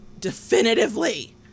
definitively